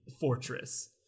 fortress